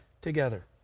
together